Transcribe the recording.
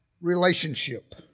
relationship